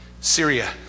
Syria